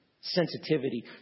sensitivity